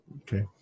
okay